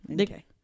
Okay